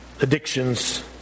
addictions